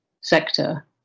sector